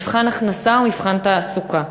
מבחן הכנסה או מבחן תעסוקה.